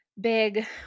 big